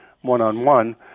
one-on-one